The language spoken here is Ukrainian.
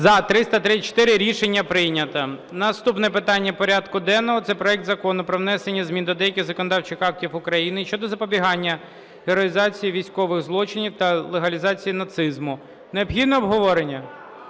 За-334 Рішення прийнято. Наступне питання порядку денного – це проект Закону про внесення змін до деяких законодавчих актів України щодо запобігання героїзації військових злочинців та легалізації нацизму. Необхідно обговорення?